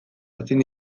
ezin